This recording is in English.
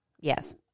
yes